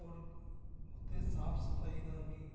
ਔਰ ਉੱਥੇ ਸਾਫ਼ ਸਫਾਈ ਦਾ ਵੀ